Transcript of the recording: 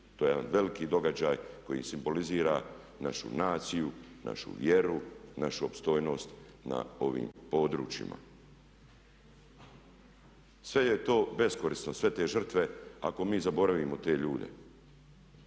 to je jedan veliki događaj koji simbolizira našu naciju, našu vjeru, našu opstojnost na ovim područjima. Sve je to beskorisno, sve te žrtve ako mi zaboravimo te ljude.